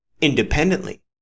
independently